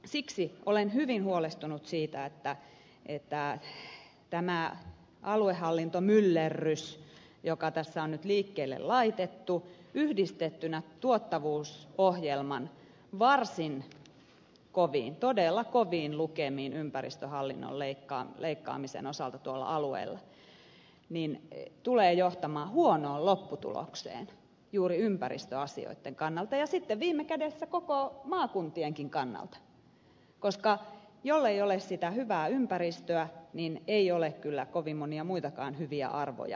siksi olen hyvin huolestunut siitä että tämä aluehallintomyllerrys joka tässä on nyt liikkeelle laitettu yhdistettynä tuottavuusohjelman varsin koviin todella koviin lukemiin ympäristöhallinnon leikkaamisen osalta tuolla alueilla tulee johtamaan huonoon lopputulokseen juuri ympäristöasioitten kannalta ja sitten viime kädessä maakuntienkin kannalta koska jollei ole sitä hyvää ympäristöä niin ei ole kyllä kovin monia muitakaan hyviä arvoja noilla alueilla